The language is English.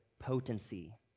potency